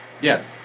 Yes